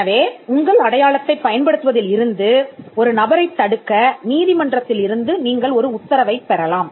எனவே உங்கள் அடையாளத்தைப் பயன்படுத்துவதில் இருந்து ஒரு நபரைத் தடுக்க நீதிமன்றத்திலிருந்து நீங்கள் ஒரு உத்தரவை பெறலாம்